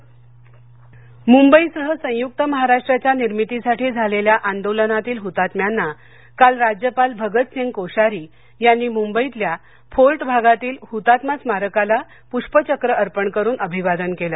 राज्यपाल अभिवादन मुंबईसह संयुक्त महाराष्ट्राच्या निर्मितीसाठी झालेल्या आंदोलनातील हृतात्म्यांना काल राज्यपाल भगत सिंह कोश्यारी यांनी मुंबईतल्या फोर्ट भागातील हुतात्मा स्मारकाला पुष्पचक्र अर्पण करुन अभिवादन केले